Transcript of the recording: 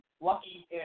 lucky